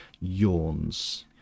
yawns